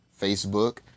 Facebook